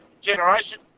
Generation